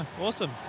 Awesome